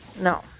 No